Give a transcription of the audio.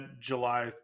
July